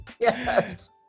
Yes